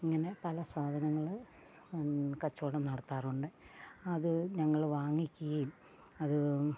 ഇങ്ങനെ പല സാധനങ്ങൾ കച്ചവടം നടത്താറുണ്ട് അത് ഞങ്ങൾ വാങ്ങിക്കുകയും അത്